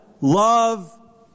Love